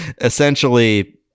essentially